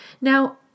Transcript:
Now